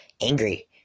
angry